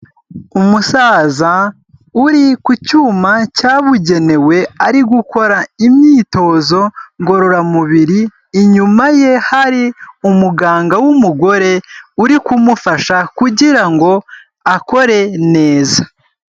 Umusaza uri ku cyuma cyabugenewe, ari gukora imyitozo ngororamubiri, inyuma ye hari umuganga w'umugore, uri kumufasha kugira ngo akore neza.